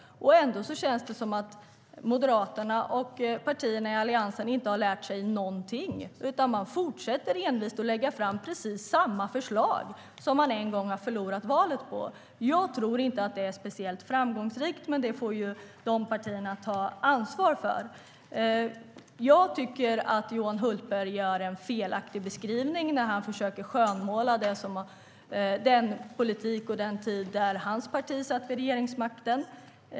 Ändå känns det som att Moderaterna och partierna i Alliansen inte har lärt sig någonting, utan de fortsätter envist att lägga fram precis samma förslag som de en gång har förlorat valet på. Jag tror inte att det är speciellt framgångsrikt, men det får de partierna ta ansvar för. Johan Hultberg gör en felaktig beskrivning när han försöker skönmåla den politik som fördes och den tid hans parti satt vid regeringsmakten.